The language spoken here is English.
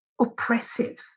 oppressive